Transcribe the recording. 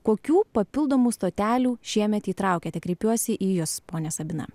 kokių papildomų stotelių šiemet įtraukėte kreipiuosi į jus ponia sabina